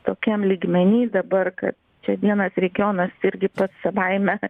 tokiam lygmeny dabar kad čia vienas regionas irgi pats savaime